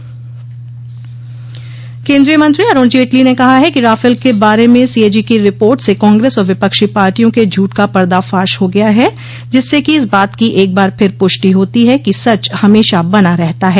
केंद्रीय मंत्री अरूण जेटली ने कहा है कि राफेल के बारे में सीएजी की रिपोर्ट से कांग्रेस और विपक्षी पार्टियों के झूठ का पर्दाफाश हो गया है जिससे कि इस बात की एक बार फिर पुष्टि होती है कि सच हमेशा बना रहता है